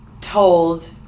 told